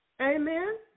Amen